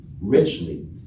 richly